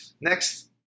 Next